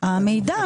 המידע הוא